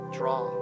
draw